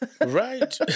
right